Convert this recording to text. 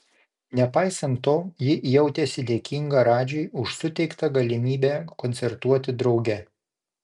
nepaisant to ji jautėsi dėkinga radžiui už suteikta galimybę koncertuoti drauge